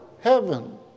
heaven